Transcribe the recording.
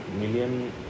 million